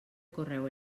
correu